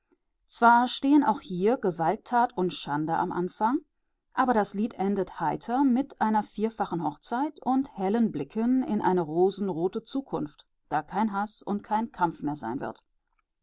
zwar stehen auch hier gewalttat und schande am anfang aber das lied endet heiter mit einer vierfachen hochzeit und hellen blicken in eine rosenrote zukunft da kein haß und kein kampf mehr sein wird